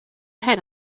head